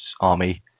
Army